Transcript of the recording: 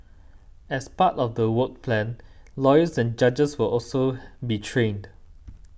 as part of the work plan lawyers and judges will also be trained